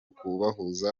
kubahuza